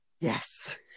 Yes